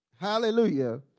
Hallelujah